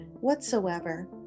whatsoever